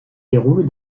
déroule